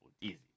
easy